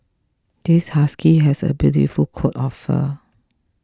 this husky has a beautiful coat of fur